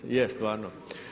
Je stvarno.